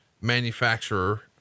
manufacturer